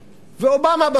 ואובמה,